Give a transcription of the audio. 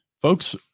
folks